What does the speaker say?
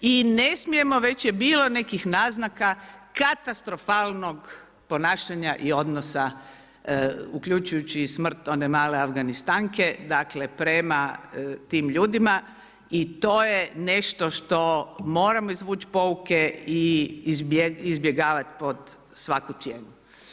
I ne smijemo, već je bilo nekih naznaka katastrofalnog ponašanja i odnosa uključujući i smrt one male Afganistanke prema tim ljudima i to je nešto što moramo izvuć puke i izbjegavat po svaku cijenu.